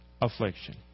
affliction